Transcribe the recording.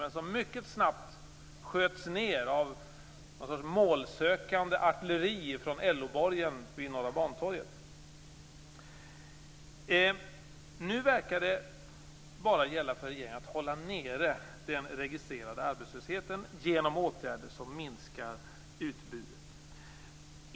Men de sköts mycket snabbt ned av någon sorts målsökande artilleri från LO-borgen vid Norra Nu verkar det bara gälla för regeringen att hålla nere den registrerade arbetslösheten genom åtgärder som minskar utbudet av arbetskraft.